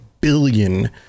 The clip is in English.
billion